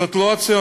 זאת לא הציונות,